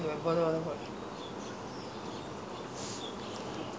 they have their own err family to handle mm to do things why you